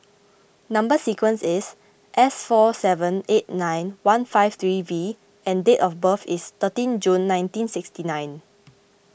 Number Sequence is S four seven eight nine one five three V and date of birth is thirteen June nineteen sixty nine